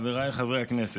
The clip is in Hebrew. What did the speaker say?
חבריי חברי הכנסת,